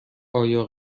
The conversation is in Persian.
آیا